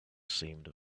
seemed